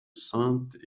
saintes